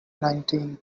nineteen